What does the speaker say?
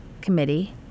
committee